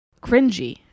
cringy